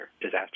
disaster